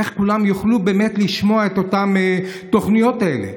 איך כולם יוכלו באמת לשמוע את התוכניות האלה?